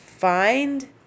Find